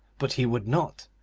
but he would not,